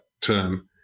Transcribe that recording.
term